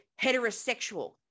heterosexual